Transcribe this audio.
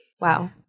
Wow